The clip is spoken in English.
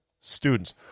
students